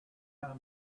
come